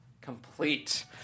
complete